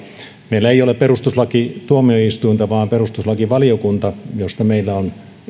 meillä ei ole perustuslakituomioistuinta vaan perustuslakivaliokunta josta meillä on